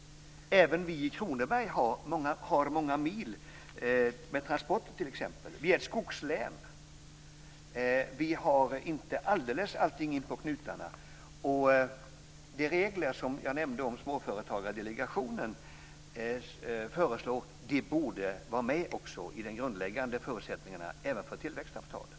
Även för oss i Kronoberg handlar det t.ex. om många mils transporter. Länet är ett skogslän. Vi har inte allting inpå knutarna. De regler som Småföretagsdelegationen föreslagit borde således vara med när det gäller de grundläggande förutsättningarna även för tillväxtavtalen.